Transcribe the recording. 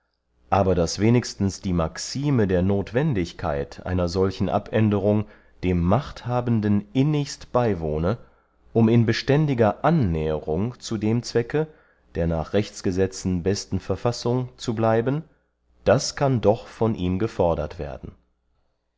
aber daß wenigstens die maxime der nothwendigkeit einer solchen abänderung dem machthabenden innigst beywohne um in beständiger annäherung zu dem zwecke der nach rechtsgesetzen besten verfassung zu bleiben das kann doch von ihm gefordert werden